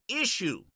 issue